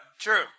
True